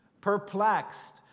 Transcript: Perplexed